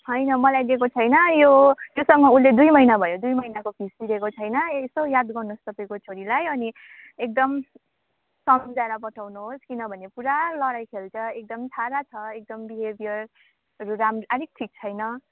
होइन मलाई दिएको छैन यो योसँग उसले दुई महिना भयो दुई महिनाको फिस तिरेको छैन यसो याद गर्नुहोस् तपाईँको छोरीलाई अनि एकदम सम्झाएर पठाउनुहोस् किनभने पुरा लडाई खेल्छ एकदम छाडा छ एकदम बिहेबियरहरू राम्रो अलिक ठिक छैन